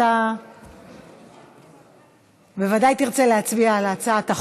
אתה בוודאי תרצה להצביע על הצעת החוק.